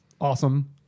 awesome